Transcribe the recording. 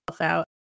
out